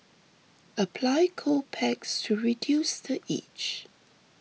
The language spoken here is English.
apply cold packs to reduce the itch